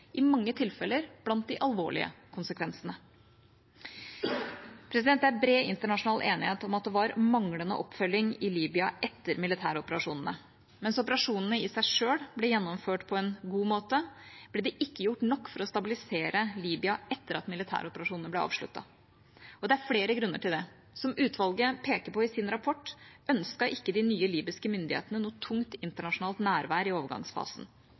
i mange tilfelle blant de alvorlige konsekvensene. Det er bred internasjonal enighet om at det var en manglende oppfølging i Libya etter militæroperasjonene. Mens operasjonene i seg selv ble gjennomført på en god måte, ble det ikke gjort nok for å stabilisere Libya etter at militæroperasjonene ble avsluttet. Det er flere grunner til dette. Som utvalget peker på i sin rapport, ønsket ikke de nye libyske myndighetene noe tungt internasjonalt nærvær i overgangsfasen.